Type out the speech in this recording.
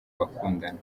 bakundana